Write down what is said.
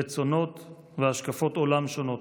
רצונות והשקפות עולם שונות.